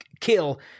kill